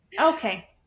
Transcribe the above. Okay